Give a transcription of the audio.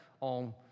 on